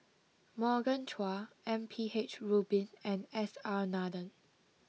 Morgan Chua M P H Rubin and S R Nathan